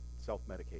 self-medicate